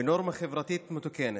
ונורמה חברתית מתוקנת,